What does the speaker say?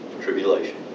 tribulation